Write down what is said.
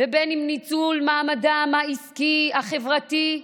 ואם בניצול מעמדם העסקי והחברתי.